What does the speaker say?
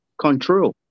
control